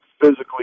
physically